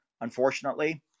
unfortunately